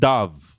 Dove